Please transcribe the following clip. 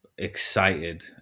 excited